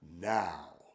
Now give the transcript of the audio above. now